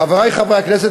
חברי חברי הכנסת,